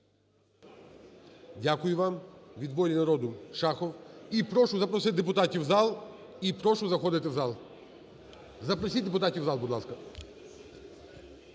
Дякую вам. Від "Волі народу" Шахов. прошу запросити депутатів в зал, і прошу заходити в зал. Запросіть депутатів в зал, будь ласка.